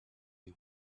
you